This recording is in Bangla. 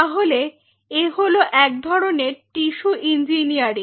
তাহলে এ হলো এক ধরনের টিস্যু ইঞ্জিনিয়ারিং